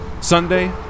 Sunday